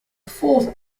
fourth